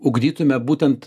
ugdytumėme būtent